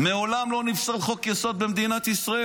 מעולם לא נפסל חוק-יסוד במדינת ישראל,